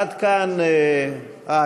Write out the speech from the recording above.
עד כאן ההקדמה.